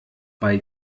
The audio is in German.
bei